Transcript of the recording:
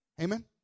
Amen